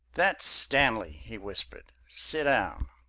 that's stanley, he whispered. sit down!